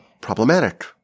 problematic